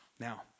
Now